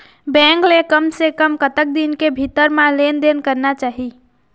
Bank ले कम से कम कतक दिन के भीतर मा लेन देन करना चाही?